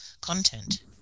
content